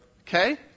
Okay